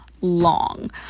long